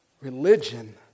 religion